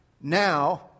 Now